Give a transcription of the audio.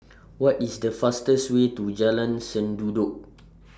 What IS The fastest Way to Jalan Sendudok